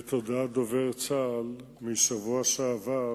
את הודעת דובר צה"ל מהשבוע שעבר,